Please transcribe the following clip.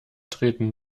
treten